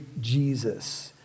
Jesus